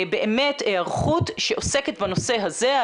באמת היערכות שעוסקת בנושא הזה,